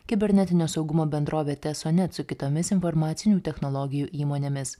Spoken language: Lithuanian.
kibernetinio saugumo bendrovė tesonet su kitomis informacinių technologijų įmonėmis